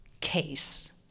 case